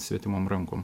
svetimom rankom